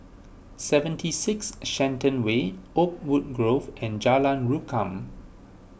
seventy six Shenton Way Oakwood Grove and Jalan Rukam